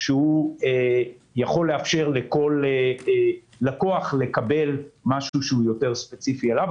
שהוא יכול לאפשר לכל לקוח לקבל משהו שהוא יותר ספציפי אליו.